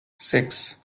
six